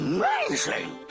Amazing